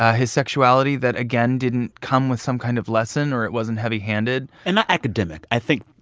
ah his sexuality that, again, didn't come with some kind of lesson, or it wasn't heavy-handed and not academic. i think.